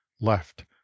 left